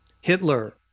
hitler